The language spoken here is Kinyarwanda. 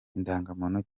indangamuntu